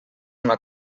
una